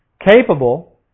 capable